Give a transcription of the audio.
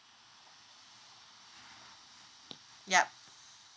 yup